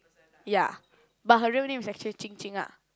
ya but her real name is actually Qing Qing ah